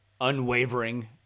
unwavering